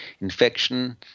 infection